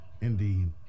Indeed